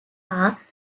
are